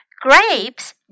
Grapes